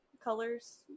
colors